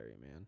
man